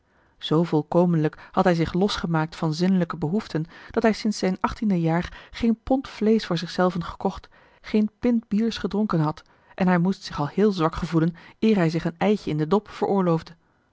zoo volkomenlijk had hij zich losgemaakt van zinnelijke behoeften dat hij sinds zijn achttiende jaar geen pond vleesch voor zich zelven gekocht geen pint biers gedronken had en hij moest zich al heel zwak gevoelen eer hij zich een eitje in den dop veroorloofde